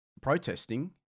protesting